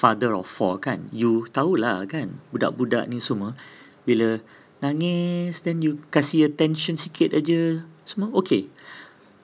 father of four kan you tahu lah kan budak-budak ni semua bila nangis then you kasi attention sikit aja semua okay